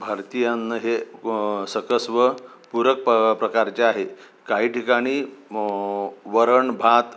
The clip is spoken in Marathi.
भारतीय अन्न हे सकस व पूरक प प्रकारचे आहे काही ठिकाणी वरण भात